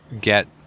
get